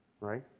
Right